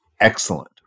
Excellent